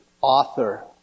author